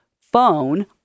phone